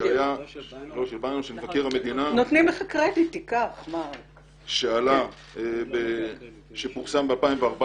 הדוח של מבקר המדינה שפורסם ב-2014